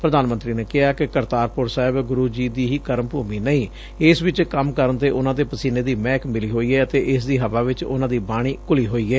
ਪ੍ਰਧਾਨ ਮੰਤਰੀ ਨੇ ਕਿਹਾ ਕਿ ਕਰਤਾਰਪੁਰ ਸਾਹਿਬ ਗੁਰੁ ਜੀ ਦੀ ਹੀ ਕਰਮ ਭੁਮੀ ਨਹੀਂ ਇਸ ਵਿਚ ਕੰਮ ਕਰਨ ਤੇ ਉਨੂਾਂ ਦੇ ਪਸੀਨੇ ਦੀ ਮਹਿਕ ਮਿਲੀ ਹੋਈ ਏ ਅਤੇ ਇਸਦੀ ਹਵਾ ਵਿਚ ਉਨੂਾਂ ਦੀ ਬਾਣੀ ਘੁਲੀ ਹੋਈ ਏ